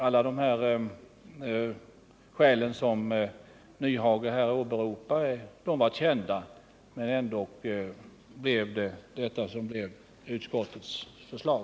Det har blivit fallet trots att utskottet väl har känt till alla de skäl som herr Nyhage här har åberopat.